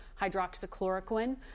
hydroxychloroquine